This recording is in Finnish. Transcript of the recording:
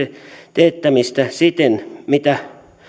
teettämistä siitä mitä